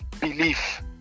belief